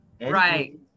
Right